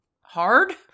hard